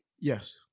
Yes